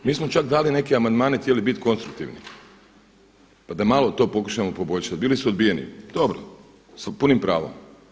Mi smo čak dali neke amandmane, htjeli biti konstruktivni, pa da malo to pokušamo poboljšati, bili su odbijeni, dobro, sa punim pravom.